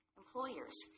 employers